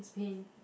pain